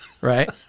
Right